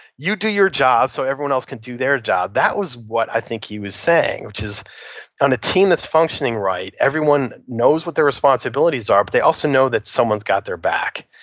you do your job so everyone else can do their job that is what i think he was saying, which is on a team that's functioning right everyone knows what their responsibilities are but they also know that someone's got their back.